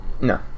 no